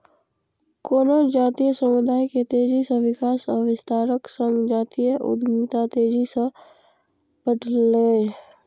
कोनो जातीय समुदाय के तेजी सं विकास आ विस्तारक संग जातीय उद्यमिता तेजी सं बढ़लैए